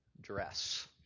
dress